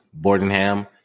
Bordenham